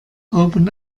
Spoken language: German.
oben